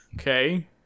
Okay